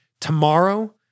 tomorrow